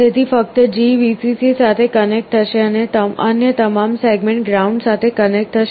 તેથી ફક્ત G Vcc સાથે કનેક્ટ થશે અને અન્ય તમામ સેગમેન્ટ્સ ગ્રાઉન્ડ સાથે કનેક્ટ થશે